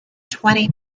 twenty